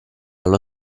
allo